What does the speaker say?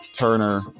Turner